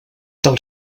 tal